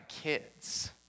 kids